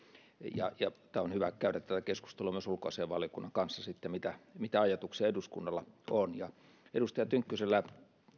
on hyvä käydä tätä keskustelua myös ulkoasiainvaliokunnan kanssa siitä mitä ajatuksia eduskunnalla on edustaja tynkkysellä